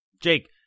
Jake